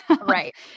Right